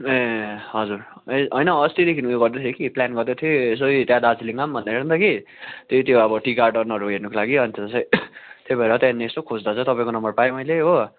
ए हजुर ए होइन अस्तिदेखि उयो गर्दै थिएँ कि प्लान गर्दै थिएँ यसै त्यहाँ दार्जिलिङमा भन्दै थिएँ कि त्यही त्यो अब टी गार्डनहरू हेर्नको लागि अन्त चाहिँ त्यही भएर त्यहाँनेरि यसो बुझ्दा चाहिँ तपाईँको नम्बर पाएँ मैले हो